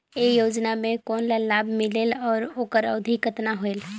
ये योजना मे कोन ला लाभ मिलेल और ओकर अवधी कतना होएल